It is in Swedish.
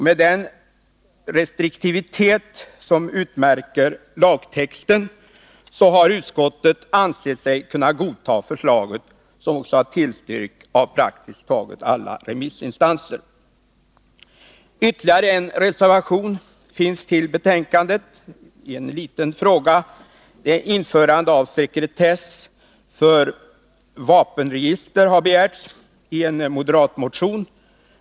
Med den restriktivitet som utmärker lagtexten har utskottet ansett sig kunna godta förslaget, som också har tillstyrkts av praktiskt taget alla remissinstanser. Ytterligare en reservation finns till betänkandet i en liten fråga. Införandet av sekretess för vapenregister har begärts i en moderat motion.